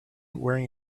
wearing